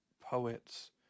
poets